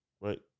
Right